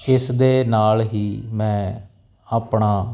ਇਸ ਦੇ ਨਾਲ ਹੀ ਮੈਂ ਆਪਣਾ